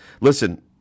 Listen